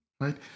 right